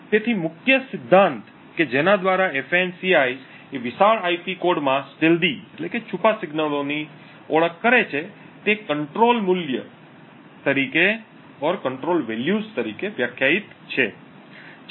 તેથી મુખ્ય સિદ્ધાંત કે જેના દ્વારા ફાન્સી એ વિશાળ આઈપી કોડ માં છુપા સિગ્નલોની ઓળખ કરે છે તે કંટ્રોલ મૂલ્યો તરીકે વ્યાખ્યાયિત છે